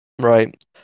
right